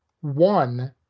one